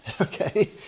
okay